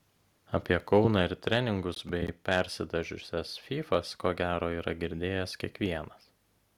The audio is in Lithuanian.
apie kauną ir treningus bei persidažiusias fyfas ko gero yra girdėjęs kiekvienas